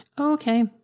Okay